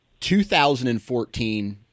2014